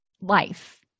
life